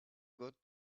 got